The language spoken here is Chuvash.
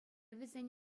вӗсен